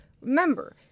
remember